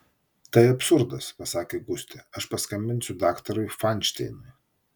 tai absurdas pasakė gustė aš paskambinsiu daktarui fainšteinui